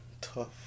tough